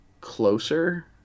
closer